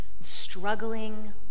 struggling